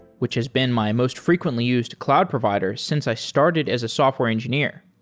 which has been my most frequently used cloud provider since i started as a software engineer.